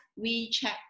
WeChat